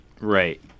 right